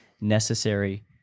necessary